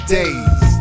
days